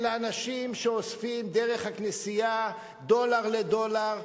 אלא אנשים שאוספים דרך הכנסייה דולר לדולר,